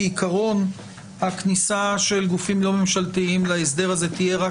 כעיקרון הכניסה של גופים לא ממשלתיים להסדר הזה תהיה רק